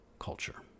culture